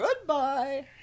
Goodbye